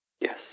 Yes